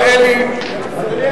אלי אפללו,